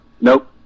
nope